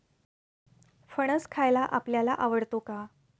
फणस खायला आपल्याला आवडतो का?